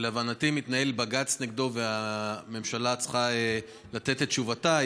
שלהבנתי מתנהל בג"ץ נגדו והממשלה צריכה לתת את תשובתה.